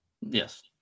Yes